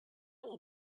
will